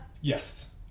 Yes